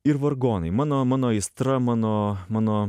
ir vargonai mano mano aistra mano mano